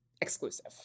exclusive